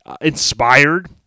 inspired